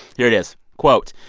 here it is. quote,